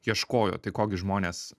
ieškojo tai ko gi žmonės